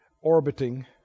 orbiting